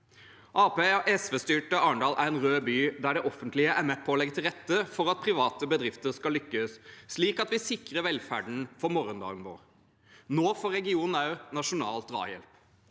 og SV-styrte Arendal er en rød by, der det offentlige er med på å legge til rette for at private bedrifter skal lykkes, slik at vi sikrer velferden for morgendagen. Nå får regionen også nasjonal drahjelp.